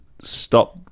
stop